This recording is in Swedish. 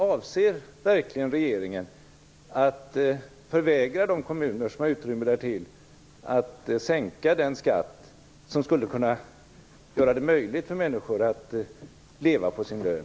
Avser verkligen regeringen att förvägra de kommuner som har utrymme därtill att sänka skatten på ett sätt som skulle kunna göra det möjligt för människor att leva på sin lön?